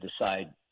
decide